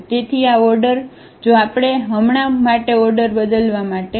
તેથી આઓર્ડરજો આપણે હમણાં માટેઓર્ડરબદલવા માટે અહીં